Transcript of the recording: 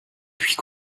puis